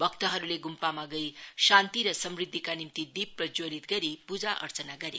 भक्तहरूले ग्रम्पामा गई शान्ति र समृद्धिका निम्ति दीप प्रज्जवलित गरी पूजा अर्चना गरे